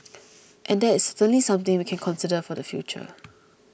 and that is certainly something we can consider for the future